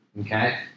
okay